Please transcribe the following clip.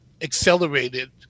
accelerated